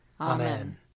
Amen